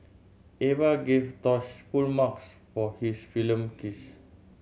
Eva gave Tosh full marks for his film kiss